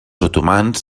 otomans